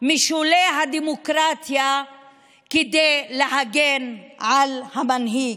משולי הדמוקרטיה כדי להגן על המנהיג.